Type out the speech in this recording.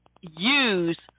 use